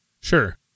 Sure